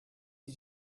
did